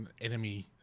enemy